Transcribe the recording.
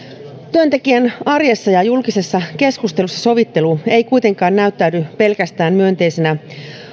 työntekijän arjessa ja julkisessa keskustelussa sovittelu ei kuitenkaan näyttäydy pelkästään myönteisenä